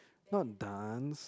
not dance